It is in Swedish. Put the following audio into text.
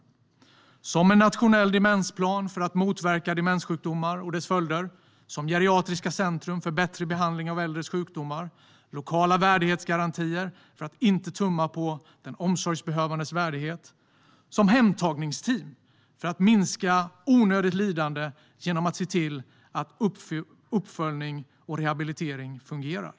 Vi möter problemen med reformer - som en nationell demensplan för att motverka demenssjukdomar och dess följder, som geriatriska centrum för bättre behandling av äldres sjukdomar, som lokala värdighetsgarantier för att inte tumma på den omsorgsbehövandes värdighet och som hemtagningsteam för att minska onödigt lidande genom att se till att uppföljning och rehabilitering fungerar.